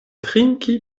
trinki